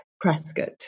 Prescott